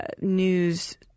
news